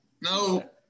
No